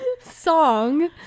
song